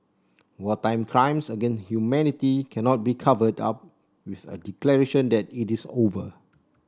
wartime crimes against humanity cannot be covered up with a declaration that it is over